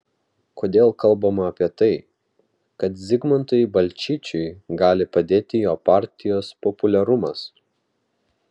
kodėl kalbama apie tai kad zigmantui balčyčiui gali padėti jo partijos populiarumas